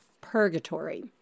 purgatory